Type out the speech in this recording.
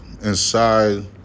inside